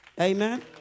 Amen